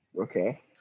okay